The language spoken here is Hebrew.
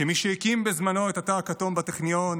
כמי שהקים בזמנו את התא הכתום בטכניון